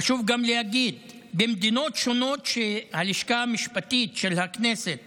חשוב גם להגיד שבמדינות שונות שהלשכה המשפטית של הכנסת